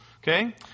Okay